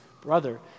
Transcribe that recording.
brother